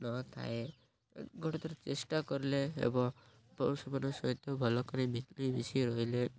ନ ଥାଏ ଗୋଟେ ଥର ଚେଷ୍ଟା କଲେ ଏବଂ ପଶୁମାନଙ୍କ ସହିତ ଭଲ କରି ମିଳିମିଶି ରହିଲେ